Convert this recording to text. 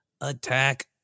attack